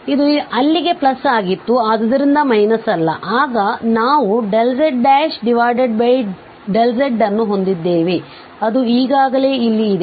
ಇದು ಅಲ್ಲಿಗೆ ಪ್ಲಸ್ ಆಗಿತ್ತು ಆದ್ದರಿಂದ ಮೈನಸ್ ಅಲ್ಲ ಆಗ ನಾವು zzಅನ್ನು ಹೊಂದಿದ್ದೇವೆ ಅದು ಈಗಾಗಲೇ ಇಲ್ಲಿ ಇದೆ